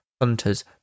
hunters